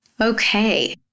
Okay